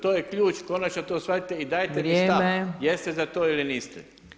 To je ključ, konačno to shvatite i dajte stav jeste za to ili niste.